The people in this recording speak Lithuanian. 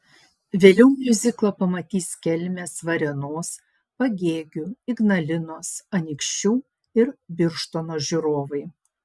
vėliau miuziklą pamatys kelmės varėnos pagėgių ignalinos anykščių ir birštono žiūrovai